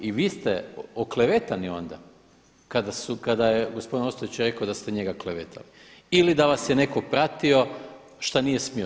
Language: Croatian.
I vi ste oklevetani onda kada je gospodin Ostojić rekao da ste njega klevetali, ili da vas je netko pratio šta nije smio.